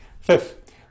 Fifth